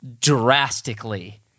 drastically